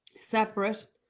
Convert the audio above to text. separate